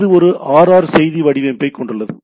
எனவே இது ஒரு ஆர்ஆர் செய்தி வடிவமைப்பைக் கொண்டுள்ளது